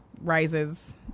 rises